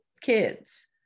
kids